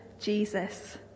Jesus